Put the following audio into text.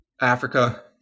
Africa